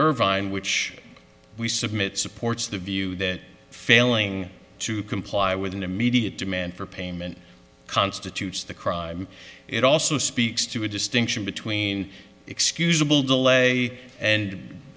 irvine which we submit supports the view that failing to comply with an immediate demand for payment constitutes the crime it also speaks to a distinction between excusable delay and